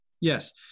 Yes